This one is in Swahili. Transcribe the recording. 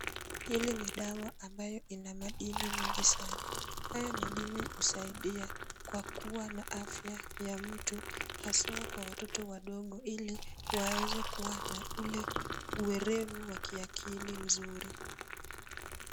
Hili ni dawa ambayo lina madini mengi sana. Hayo madini husaidia kwa kuwa na afya ya mtu haswa kwa watoto wadogo ili waweze kuwa na ule werevu wa kiakili mzuri.